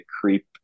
creep